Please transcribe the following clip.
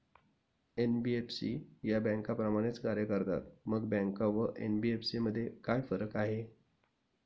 NBFC या बँकांप्रमाणेच कार्य करतात, मग बँका व एन.बी.एफ.सी मध्ये काय फरक आहे?